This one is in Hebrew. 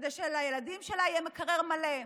כדי שלילדים שלה יהיה מקרר מלא,